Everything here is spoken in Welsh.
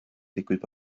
digwydd